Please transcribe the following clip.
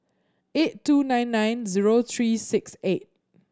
eight two nine nine zero three six eight